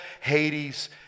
Hades